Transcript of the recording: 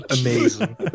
amazing